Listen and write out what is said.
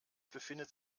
befindet